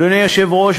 אדוני היושב-ראש,